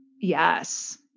Yes